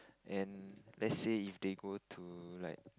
and let's say if they go to like